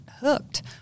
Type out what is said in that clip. hooked